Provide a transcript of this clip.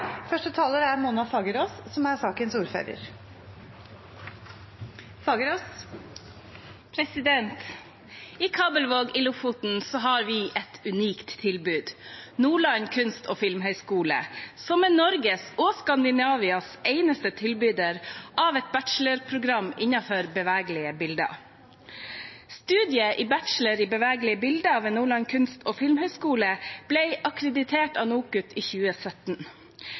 I Kabelvåg i Lofoten har vi et unikt tilbud: Nordland kunst- og filmhøgskole, som er Norges og Skandinavias eneste tilbyder av et bachelorprogram innenfor bevegelige bilder. Studiet Bachelor i bevegelige bilder ved Nordland kunst- og filmhøgskole ble akkreditert av NOKUT i 2017.